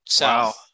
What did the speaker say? Wow